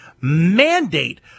mandate